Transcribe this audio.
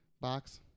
box